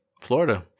Florida